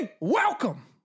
Welcome